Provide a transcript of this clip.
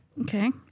Okay